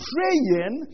Praying